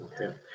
okay